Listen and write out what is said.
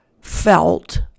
felt